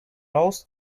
rows